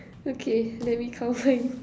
okay let me count mine